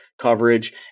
coverage